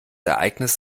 ereignis